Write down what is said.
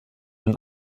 den